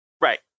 Right